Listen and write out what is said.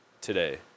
today